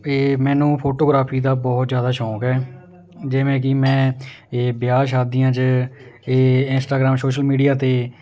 ਇਹ ਮੈਨੂੰ ਫੋਟੋਗ੍ਰਾਫੀ ਦਾ ਬਹੁਤ ਜ਼ਿਆਦਾ ਸ਼ੌਂਕ ਹੈ ਜਿਵੇਂ ਕਿ ਮੈਂ ਇਹ ਵਿਆਹ ਸ਼ਾਦੀਆਂ 'ਚ ਇਹ ਇੰਸਟਾਗ੍ਰਾਮ ਸੋਸ਼ਲ ਮੀਡੀਆ 'ਤੇ